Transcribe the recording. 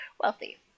Wealthy